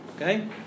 Okay